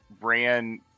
ran